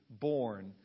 born